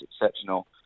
exceptional